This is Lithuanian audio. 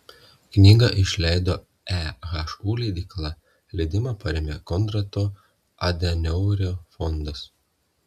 knygą išleido ehu leidykla leidimą parėmė konrado adenauerio fondas